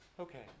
Okay